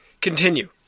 continue